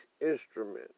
instruments